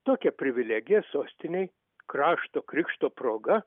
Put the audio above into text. tokia privilegija sostinei krašto krikšto proga